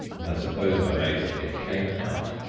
and i suppose i may say came out.